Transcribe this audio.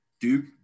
Duke